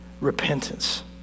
repentance